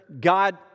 God